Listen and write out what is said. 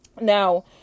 Now